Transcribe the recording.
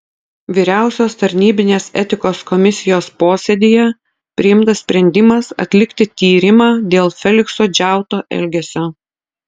vyriausios tarnybinės etikos komisijos posėdyje priimtas sprendimas atlikti tyrimą dėl felikso džiauto elgesio